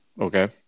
Okay